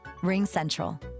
RingCentral